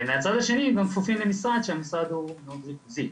מהצד השני הם כפופים למשרד מאוד ריכוזי.